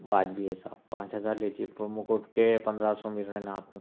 واجبی ہے صاحب پانچ ہزار لیجیے پرومو کوڈ کے پندرہ سو مل رہے ہیں نا آپ کو